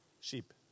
Sheep